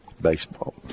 Baseball